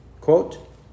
Quote